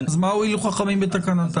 אז מה הועילו חכמים בתקנתם?